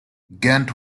ghent